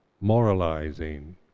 moralizing